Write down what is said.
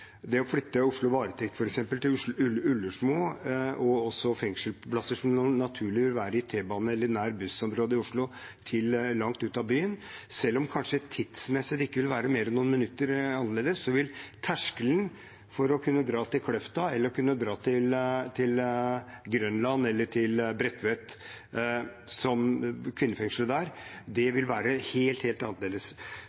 Oslo varetekt f.eks. til Ullersmo og fengselsplasser som naturlig vil være nær T-bane eller buss i Oslo, til langt ut av byen, tidsmessig kanskje ikke vil være mer enn noen minutter annerledes, vil terskelen for å kunne dra til Kløfta eller til Grønland eller til kvinnefengselet på Bredtvet